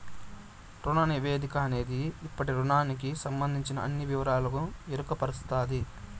రుణ నివేదిక అనేది ఇప్పటి రుణానికి సంబందించిన అన్ని వివరాలకు ఎరుకపరుస్తది